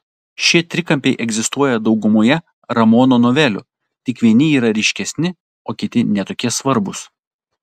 šie trikampiai egzistuoja daugumoje ramono novelių tik vieni yra ryškesni o kiti ne tokie svarbūs